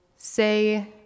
Say